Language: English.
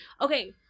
Okay